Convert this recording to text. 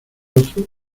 otro